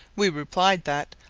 we replied that,